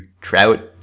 Trout